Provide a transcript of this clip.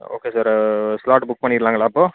okay sir slot book பண்ணிடலாங்களா அப்போது